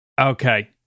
Okay